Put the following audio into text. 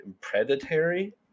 predatory